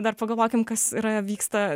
dar pagalvokim kas yra vyksta